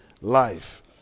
life